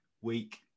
week